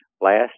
last